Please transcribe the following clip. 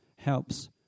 helps